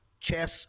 chess